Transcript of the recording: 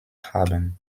haben